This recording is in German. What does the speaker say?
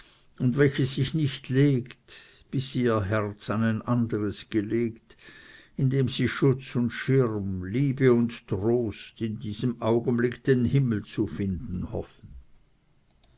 haben welches sich nicht legt bis sie ihr herz an ein anderes gelegt an welchem sie schutz und schirm liebe und trost in diesem augenblick den himmel zu finden hoffen